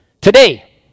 Today